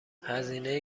هزینه